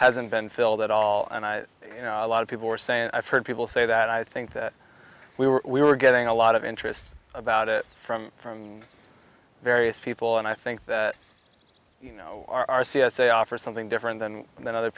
hasn't been filled at all and i you know a lot of people are saying i've heard people say that i think that we were we were getting a lot of interest about it from from various people and i think that you know our c s a offer something different then and then other